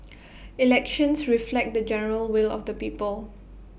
elections reflect the general will of the people